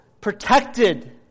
protected